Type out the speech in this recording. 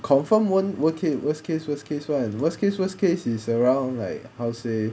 confirm won't worst case worst care worst case [one] worst case worst case is around like how say